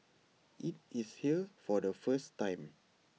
IT is here for the first time